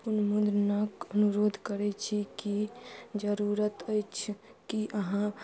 पुनमुद्रणक अनुरोध करै छी कि जरूरत अछि कि अहाँ